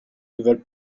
veulent